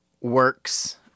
works